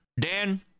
Dan